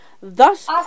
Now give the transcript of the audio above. thus